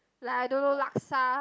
like I don't know laksa